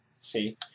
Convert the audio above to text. See